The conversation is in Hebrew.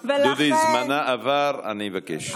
דודי, זמנה עבר, אני מבקש.